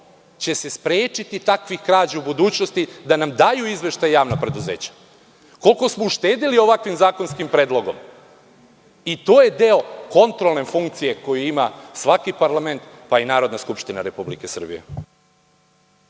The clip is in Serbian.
će se sprečiti takvih krađa u budućnosti da nam daju izveštaje javna preduzeća. Koliko smo uštedeli ovakvim zakonskim predlogom? I to je deo kontrolne funkcije koju ima svaki parlament, pa i Narodna skupština Republike Srbije.